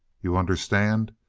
you understand?